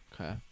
Okay